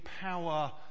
power